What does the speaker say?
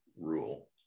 rule